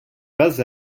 pas